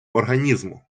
організму